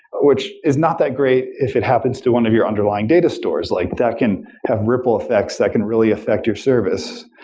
which is not that great if it happens to one of your underlying data stores. like that can have ripple effects. that can really affect your service.